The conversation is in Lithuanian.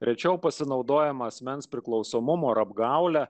rečiau pasinaudojama asmens priklausomumu ar apgaule